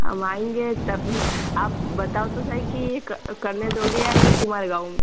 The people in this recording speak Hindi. हम आएंगे आप बताओ तो सही कि यह करने दोगे या नहीं तुम्हारे गाँव में